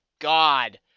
God